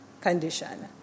condition